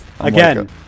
again